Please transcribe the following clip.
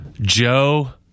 Joe